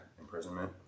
imprisonment